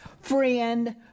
friend